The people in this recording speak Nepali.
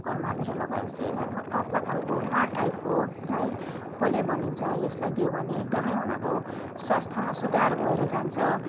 कुकरमा हालेर लगाएपछि यसलाई पातला खालको माढ टाइपको है खोले बनिन्छ यसलाई दियो भने एकदमै उनीहरूको स्वास्थ्यमा सुधार भएर जान्छ